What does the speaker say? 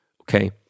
Okay